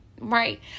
right